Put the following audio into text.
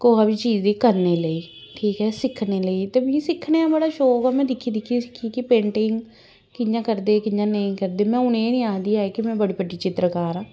कुसै बी चीज़ गी करने लेई ठीक ऐ सिक्खने लेई ते मिगी सिक्खने दा बड़ा शौक ऐ में दिक्खी दिक्खियै सिक्खी कि पेंटिंग कि'यां करदे कि'यां नेईं करदे में हून एह् निं आखदी ऐं कि में बड़ी बड्डी चित्तरकार आं